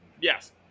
yes